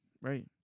Right